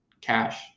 cash